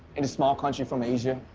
in a small country from asia.